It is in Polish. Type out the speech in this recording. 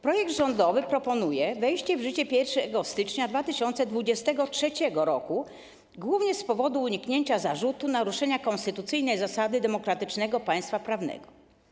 Projekt rządowy proponuje wejście w życie 1 stycznia 2023 r., głównie z powodu uniknięcia zarzutu naruszenia konstytucyjnej zasady demokratycznego państwa prawnego.